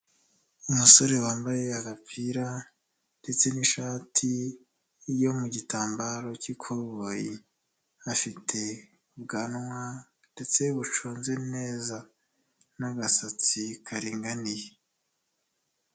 Umusore wambaye agapira ndetse n'ishati yo mu gitambaro cy'ikoboyi. Afite ubwanwa ndetse buconze neza n'agasatsi karinganiye.